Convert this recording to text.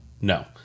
No